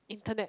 internet